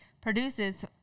produces-